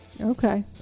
okay